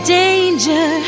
danger